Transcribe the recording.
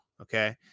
okay